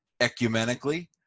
ecumenically